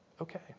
okay